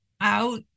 out